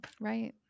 Right